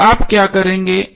तो आप क्या करेंगे